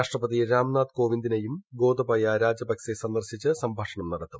രാഷ്ട്രപതി രാംനാഥ് കോവിന്ദിനെയും ഗോതബായ രജപക്സെ സന്ദർശിച്ച് സംഭാഷണം നടത്തും